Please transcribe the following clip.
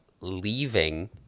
leaving